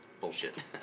bullshit